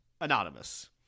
Anonymous